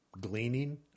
gleaning